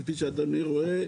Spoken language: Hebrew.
כפי שאדוני רואה,